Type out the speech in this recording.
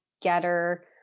Getter